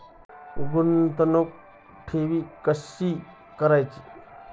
गुंतवणूक कुठे व कशी करायची?